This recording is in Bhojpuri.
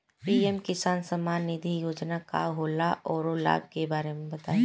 पी.एम किसान सम्मान निधि योजना का होला औरो लाभ के बारे में बताई?